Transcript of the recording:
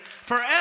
forever